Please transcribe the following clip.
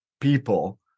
people